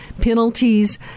penalties